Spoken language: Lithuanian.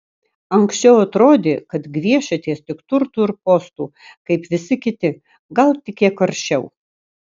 anksčiau atrodė kad gviešiatės tik turtų ir postų kaip visi kiti gal tik kiek aršiau